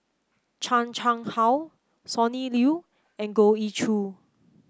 Chan Chang How Sonny Liew and Goh Ee Choo